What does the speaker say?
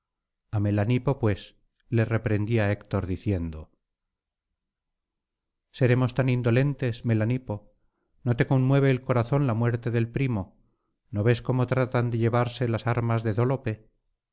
a melanipo pues le reprendía héctor diciendo seremos tan indolentes melanipo no te conmueve el corazón la muerte del primo no ves cómo tratan de llevarse las armas de dólope